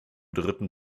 dritten